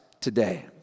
today